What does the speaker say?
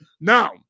Now